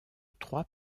trois